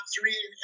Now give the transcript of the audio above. three